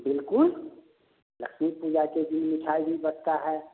बिल्कुल लक्ष्मी पूजा के दिन मिठाई भी बाटती है